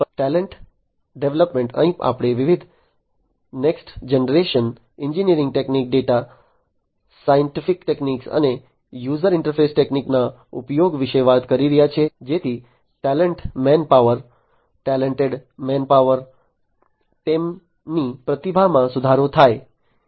talent development અહીં આપણે વિવિધ next generation engineering technique data scientific technique અને યુઝર ઈન્ટરફેસ ટેકનિકના ઉપયોગ વિશે વાત કરી રહ્યા છીએ જેથી talent man manpower talented manpower તેમની પ્રતિભામાં સુધારો થાય